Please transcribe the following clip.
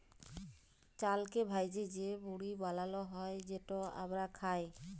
চালকে ভ্যাইজে যে মুড়ি বালাল হ্যয় যেট আমরা খাই